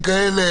איילון,